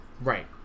Right